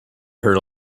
her